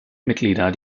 mitglieder